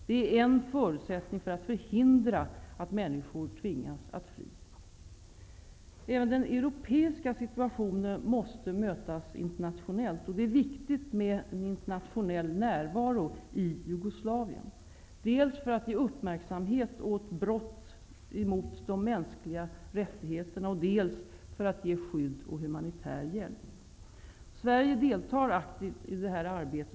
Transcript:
Det är en förutsättning för att förhindra att människor tvingas fly. Även den europeiska situationen måste mötas internationellt. Det är viktigt med en internationell närvaro i Jugoslavien, dels för att ge uppmärksamhet åt brott mot de mänskliga rättigheterna, dels för att ge skydd och humanitär hjälp. Sverige deltar aktivt i detta arbete.